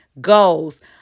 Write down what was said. goals